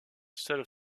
seule